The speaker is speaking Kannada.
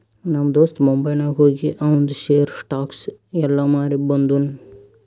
ನಮ್ ದೋಸ್ತ ಮುಂಬೈನಾಗ್ ಹೋಗಿ ಆವಂದ್ ಶೇರ್, ಸ್ಟಾಕ್ಸ್ ಎಲ್ಲಾ ಮಾರಿ ಬಂದುನ್